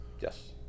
Yes